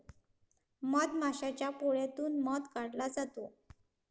मधमाशाच्या पोळ्यातून मध काढला जातो